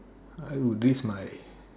I will risk my